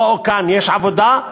בואו לכאן, יש עבודה,